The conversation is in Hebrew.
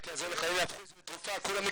-- אם יהפכו את זה לתרופה כולם יגדלו